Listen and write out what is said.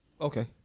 Okay